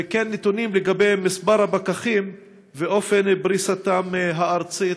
2. וכן נתונים לגבי מספר הפקחים ואופן פריסתם הארצית,